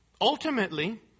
ultimately